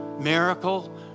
miracle